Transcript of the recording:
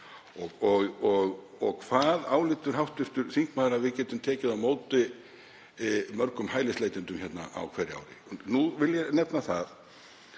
Og hvað álítur hv. þingmaður að við getum tekið á móti mörgum hælisleitendum á hverju ári? Ég vil nefna að